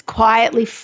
quietly